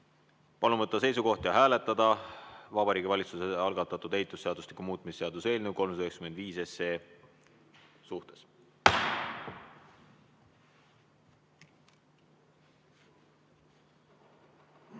Palun võtta seisukoht ja hääletada Vabariigi Valitsuse algatatud ehitusseadustiku muutmise seaduse eelnõu 395 suhtes.